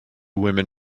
women